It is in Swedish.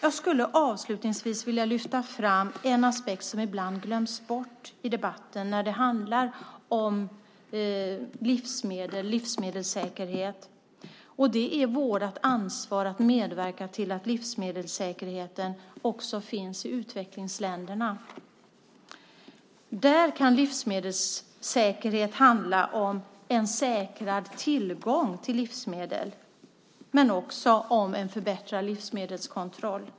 Jag skulle avslutningsvis vilja lyfta fram en aspekt som ibland glöms bort i debatten när det handlar om livsmedelssäkerhet, och det är vårt ansvar att medverka till att livsmedelssäkerheten också finns i utvecklingsländerna. Där kan livsmedelssäkerhet handla om en säkrad tillgång till livsmedel men också om en förbättrad livsmedelskontroll.